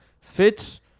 Fitz